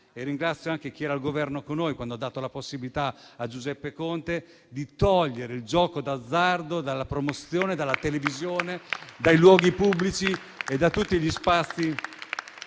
Ringrazio anche chi era al Governo con noi quando ha dato la possibilità a Giuseppe Conte di eliminare il gioco d'azzardo dalla promozione e dai programmi televisivi, dai luoghi pubblici e da tutti gli spazi